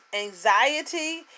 anxiety